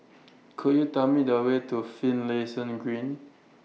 Could YOU Tell Me The Way to Finlayson Green